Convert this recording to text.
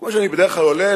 כמו שאני בדרך כלל עולה,